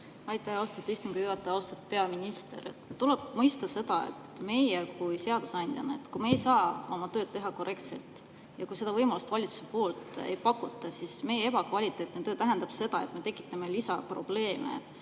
Aitäh, austatud istungi juhataja! Austatud peaminister! Tuleb mõista, et kui meie seadusandjana ei saa oma tööd teha korrektselt ja kui seda võimalust valitsuse poolt ei pakuta, siis meie ebakvaliteetne töö tähendab seda, et me tekitame inimestele